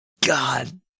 God